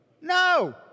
No